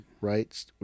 Right